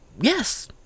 yes